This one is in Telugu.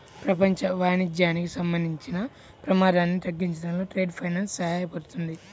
ప్రపంచ వాణిజ్యానికి సంబంధించిన ప్రమాదాన్ని తగ్గించడంలో ట్రేడ్ ఫైనాన్స్ సహాయపడుతుంది